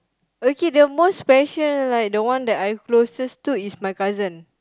okay the most special like the one that I'm closest to is my cousin